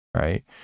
Right